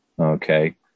okay